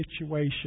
situation